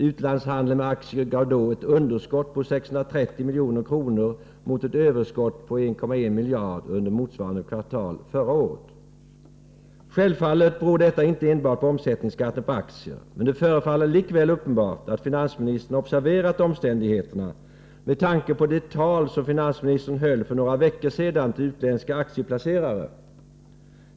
Utlandshandeln med aktier gav då ett underskott på 630 milj.kr. mot ett överskott på 1,1 miljarder under motsvarande kvartal förra året. Självfallet beror detta inte enbart på omsättningsskatten på aktier, men det förefaller likväl uppenbart att finansministern observerat omständigheterna, med tanke på det tal som finansministern höll för några veckor sedan till utländska aktieplacerare.